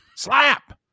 Slap